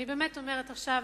אני באמת אומרת עכשיו,